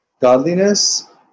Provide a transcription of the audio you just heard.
godliness